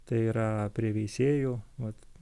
tai yra prie veisiejų vat